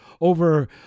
over